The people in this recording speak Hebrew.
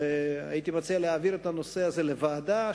הייתי מציע להעביר את הנושא הזה לוועדה.